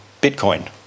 Bitcoin